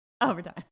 Overtime